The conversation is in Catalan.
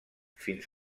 fins